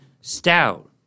stout